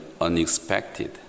unexpected